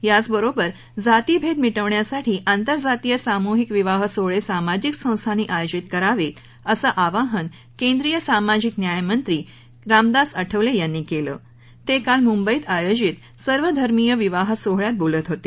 याचबरोबर जातीभेद मिटवण्यासाठी आंतर जातीय सामुहिक विवाह सोहळे सामाजिक संस्थानी आयोजित करावेत असं आवाहन केंद्रीय सामाजिक न्यायमंत्री रामदास आठवले यांनी केलं ते काल मुंबईत आयोजित सर्वधर्मीय विवाह सोहळ्यात बोलत होते